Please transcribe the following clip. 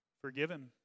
Forgiven